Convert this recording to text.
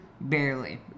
Barely